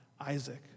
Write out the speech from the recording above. Isaac